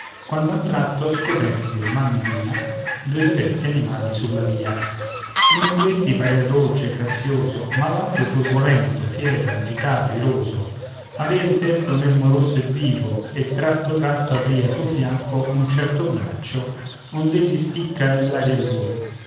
quando a un tratto scopersi o mamma mia due diversi animali sulla via l'un di questi parea dolce grazioso ma l'altro turbolento fiero agitato iroso aveva in testa un elmo rosso e vivo e tratto tratto apria sul fianco un certo braccio ond'egli spicca nell'aria il vol